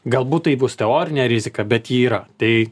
galbūt tai bus teorinė rizika bet ji yra tai